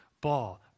Ball